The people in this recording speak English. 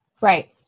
Right